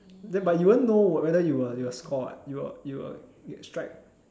then but you wouldn't know whether you were you will score what you will you will strike